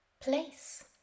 place